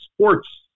sports